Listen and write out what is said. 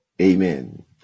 Amen